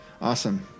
Awesome